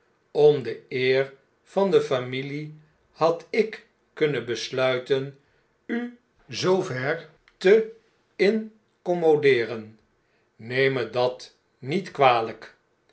om de eer van de familie had ik kunnen besluiten u zoo ver te incommodeeren neem me dat niet kwalijk